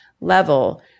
level